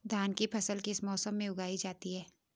धान की फसल किस मौसम में उगाई जाती है?